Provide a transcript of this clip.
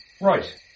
Right